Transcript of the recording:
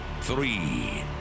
three